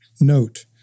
Note